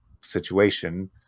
situation